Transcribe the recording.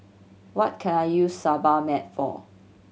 what can I use Sebamed for